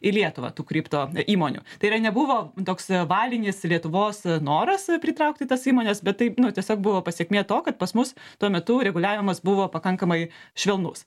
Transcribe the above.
į lietuvą tų kripto įmonių tai yra nebuvo toks valinis lietuvos noras pritraukti tas įmones bet tai tiesiog buvo pasekmė to kad pas mus tuo metu reguliavimas buvo pakankamai švelnus